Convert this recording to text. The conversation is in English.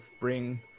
bring